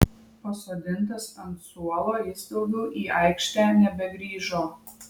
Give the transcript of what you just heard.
pasodintas ant suolo jis daugiau į aikštę nebegrįžo